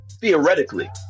theoretically